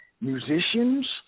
musicians